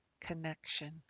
connection